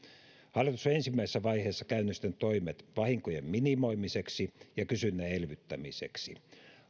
hallitus on ensimmäisessä vaiheessa käynnistänyt toimet vahinkojen minimoimiseksi ja kysynnän elvyttämiseksi